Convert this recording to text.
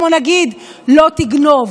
כמו נגיד "לא תגנב".